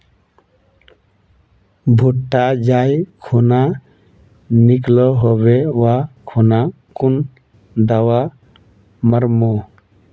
भुट्टा जाई खुना निकलो होबे वा खुना कुन दावा मार्मु?